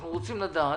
אנחנו רוצים לדעת